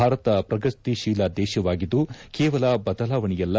ಭಾರತ ಪ್ರಗತಿಶೀಲ ದೇಶವಾಗಿದ್ದು ಕೇವಲ ಬದಲಾವಣೆಯಲ್ಲ